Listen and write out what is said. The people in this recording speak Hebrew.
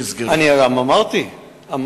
אני מקבל את התשובה, אני